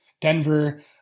Denver